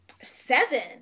Seven